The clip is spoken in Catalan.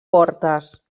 portes